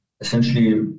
essentially